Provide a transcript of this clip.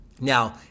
Now